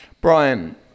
Brian